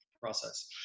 process